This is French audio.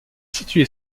située